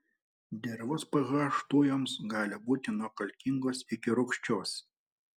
dirvos ph tujoms gali būti nuo kalkingos iki rūgščios